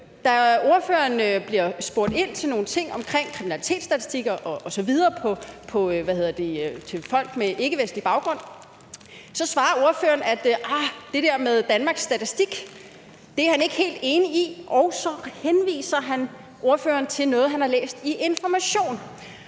da ordføreren bliver spurgt ind til nogle ting omkring kriminalitetsstatistikker osv. i forhold til folk med ikkevestlig baggrund, svarer ordføreren, at det der fra Danmarks Statistik er han ikke helt enig i, og så henviser man til noget, han har læst i Information.